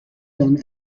done